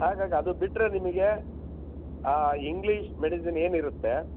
ಹಾಗಾಗಿ ಅದು ಬಿಟ್ಟರೆ ನಿಮಗೆ ಇಂಗ್ಲೀಷ್ ಮೆಡಿಸಿನ್ ಏನಿರುತ್ತೆ